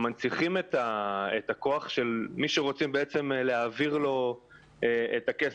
הן מנציחות את הכוח של מי שרוצים להעביר לו את הכסף.